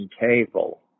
table